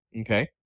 Okay